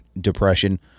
depression